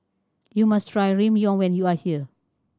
you must try Ramyeon when you are here